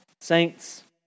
saints